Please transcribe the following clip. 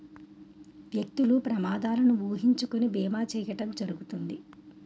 వ్యక్తులు ప్రమాదాలను ఊహించుకొని బీమా చేయడం జరుగుతుంది